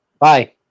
Bye